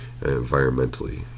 environmentally